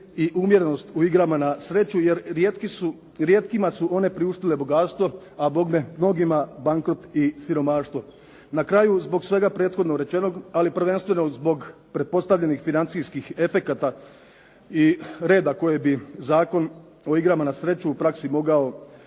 i umjerenost u igrama na sreću, jer rijetkima su one priuštile bogatstvo, a bogme mnogima bankrot i siromaštvo. Na kraju, zbog svega prethodno rečeno, ali prvenstveno zbog pretpostavljenih financijskih efekata i reda koji bi Zakon o igrama na sreću u praksi mogao